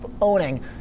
owning